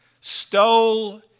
stole